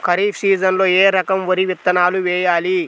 ఖరీఫ్ సీజన్లో ఏ రకం వరి విత్తనాలు వేయాలి?